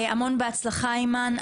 המון בהצלחה אימאן.